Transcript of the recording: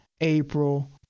April